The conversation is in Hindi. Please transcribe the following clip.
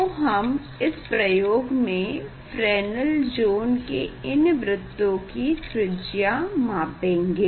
तो हम इस प्रयोग में फ्रेनेल ज़ोन प्लेट के इन वृत्तो की त्रिज्या मापेंगे